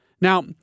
Now